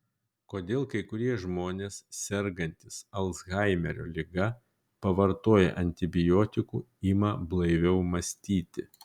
kodėl kai kurie žmonės sergantys alzheimerio liga pavartoję antibiotikų ima blaiviau mąstyti